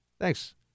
Thanks